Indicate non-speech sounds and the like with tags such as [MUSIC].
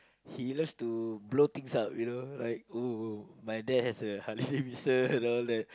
he likes to blow things up you know like oh my dad has a Harley-Davidson [LAUGHS] and all that